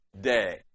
day